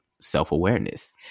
self-awareness